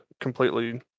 completely